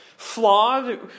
Flawed